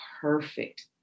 perfect